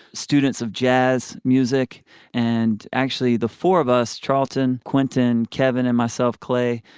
students of jazz music and actually the four of us charleton, quenton, kevin and myself, clay.